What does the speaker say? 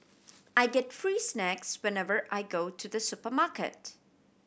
I get free snacks whenever I go to the supermarket